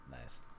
Nice